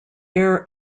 air